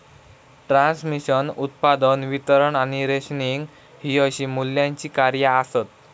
transmission, उत्पादन, वितरण आणि रेशनिंग हि अशी मूल्याची कार्या आसत